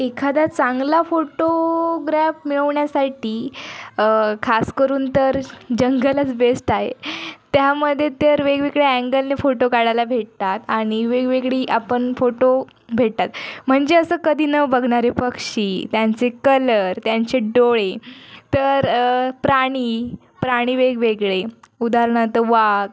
एखादा चांगला फोटोग्रॅफ मिळवण्यासाठी खास करून तर जंगलच बेस्ट आहे त्यामध्ये तर वेगवेगळ्या अँगलने फोटो काढायला भेटतात आणि वेगवेगळी आपण फोटो भेटतात म्हणजे असं कधी न बघनारे पक्षी त्यांचे कलर त्यांचे डोळे तर प्राणी प्राणी वेगवेगळे उदाहरणार्थ वाघ